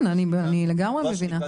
כן, אני לגמרי מבינה.